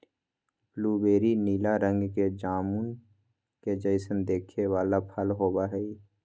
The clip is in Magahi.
ब्लूबेरी नीला रंग के जामुन के जैसन दिखे वाला फल होबा हई